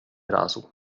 razu